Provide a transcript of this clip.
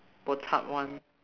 bo chup [one]